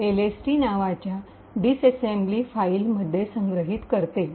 lst नावाच्या disassembly फाईलमध्ये संग्रहित करेल